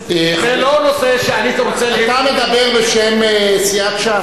אתה מדבר בשם סיעת ש"ס,